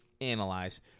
analyze